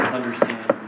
understand